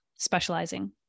specializing